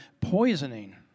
poisoning